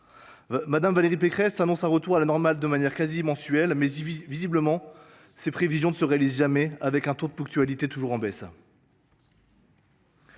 Mme Valérie Pécresse annonce un retour à la normale quasiment tous les mois, mais visiblement ses prévisions ne se réalisent jamais, le taux de ponctualité étant toujours en baisse.